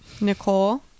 Nicole